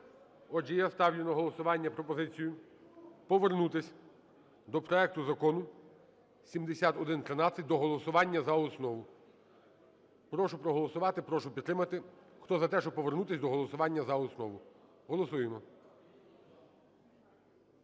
Отже, я ставлю на голосування пропозицію повернутись до проекту закону 7113, до голосування за основу. Прошу проголосувати, прошу підтримати. Хто за те, щоб повернутись до голосування за основу, голосуємо.